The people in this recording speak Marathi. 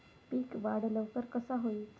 पीक वाढ लवकर कसा होईत?